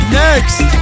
next